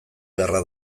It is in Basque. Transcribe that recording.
beharra